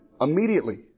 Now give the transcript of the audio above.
immediately